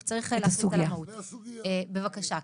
בבקשה כן,